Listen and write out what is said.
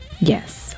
Yes